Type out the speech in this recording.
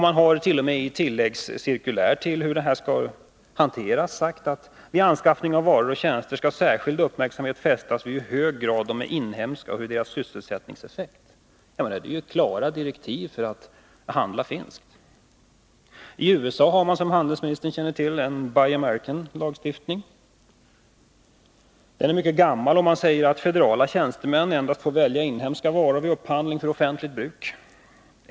Man har t.o.m. i tilläggscirkulär om hur sådana här frågor skall hanteras sagt: ”Vid anskaffning av varor och tjänster skall särskild uppmärksamhet fästas vid i hur hög grad de är inhemska och vid deras sysselsättningseffekt.” Det är ju klara direktiv om att handla finskt. I USA har man, som handelsministern känner till, en Buy Americanlagstiftning. Den är mycket gammal. Där sägs att federala tjänstemän endast får välja inhemska varor vid upphandling för offentligt bruk.